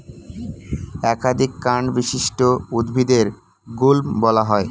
একাধিক কান্ড বিশিষ্ট উদ্ভিদদের গুল্ম বলা হয়